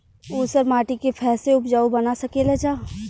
ऊसर माटी के फैसे उपजाऊ बना सकेला जा?